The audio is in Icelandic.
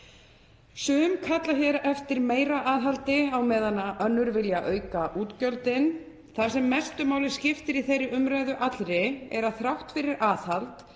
Sum kalla hér eftir meira aðhaldi á meðan önnur vilja auka útgjöldin. Það sem mestu máli skiptir í þeirri umræðu allri er að þrátt fyrir aðhald